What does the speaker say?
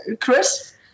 Chris